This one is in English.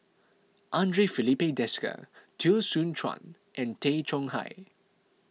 andre Filipe Desker Teo Soon Chuan and Tay Chong Hai